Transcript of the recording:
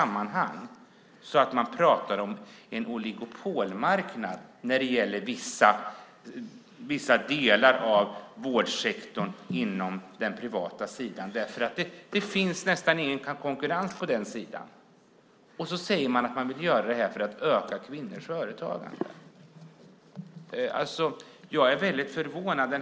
Man pratar om en oligopolmarknad i vissa delar av vårdsektorn inom den privata sidan. Det finns nästan ingen konkurrens. Sedan säger man att man vill göra detta för att öka kvinnors företagande. Jag är förvånad.